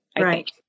Right